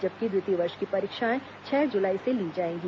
जबकि द्वितीय वर्ष की परीक्षाएं छह जुलाई से ली जाएगी